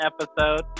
episode